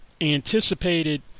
anticipated